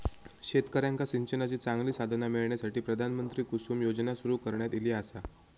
शेतकऱ्यांका सिंचनाची चांगली साधना मिळण्यासाठी, प्रधानमंत्री कुसुम योजना सुरू करण्यात ईली आसा